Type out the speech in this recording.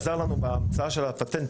עזר לנו בהמצאה של פטנט